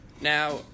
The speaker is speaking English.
now